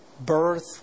birth